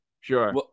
Sure